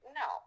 no